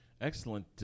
Excellent